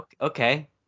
okay